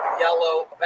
yellow